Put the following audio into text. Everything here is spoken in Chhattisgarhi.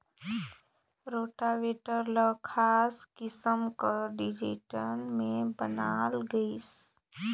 रोटावेटर ल खास किसम कर डिजईन में बनाल गइसे